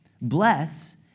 bless